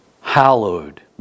hallowed